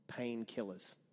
painkillers